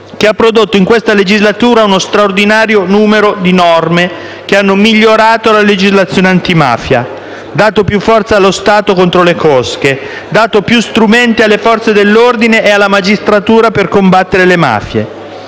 che ha prodotto, in questa legislatura, uno straordinario numero di norme che hanno migliorato la legislazione antimafia, dato più forza allo Stato contro le cosche, dato più strumenti alle Forze dell'ordine e alla magistratura per combattere le mafie.